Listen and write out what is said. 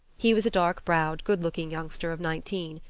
he was a dark-browed good-looking youngster of nineteen,